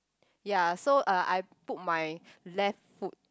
ya so uh I put my left foot